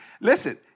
listen